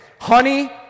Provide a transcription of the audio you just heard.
Honey